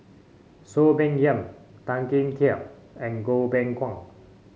Soon Peng Yam Tan Kim Tian and Goh Beng Kwan